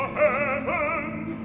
heavens